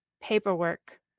paperwork